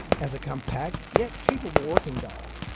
as a compact yet capable working dog.